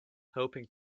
hoping